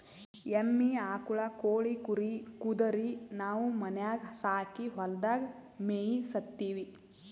ಎಮ್ಮಿ ಆಕುಳ್ ಕೋಳಿ ಕುರಿ ಕುದರಿ ನಾವು ಮನ್ಯಾಗ್ ಸಾಕಿ ಹೊಲದಾಗ್ ಮೇಯಿಸತ್ತೀವಿ